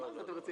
מה עם עכו?